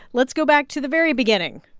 let's go back to the very beginning.